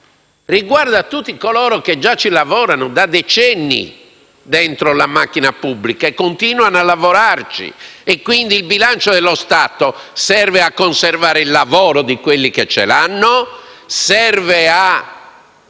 ma a tutti coloro che già lavorano da decenni all'interno della macchina pubblica e che continuano a lavorarci e quindi il bilancio dello Stato serve a conservare il lavoro di coloro che ce l'hanno, serve a